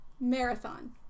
Marathon